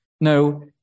No